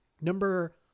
Number